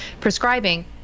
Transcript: prescribing